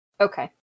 okay